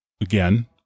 again